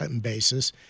basis